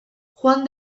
juan